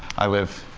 i live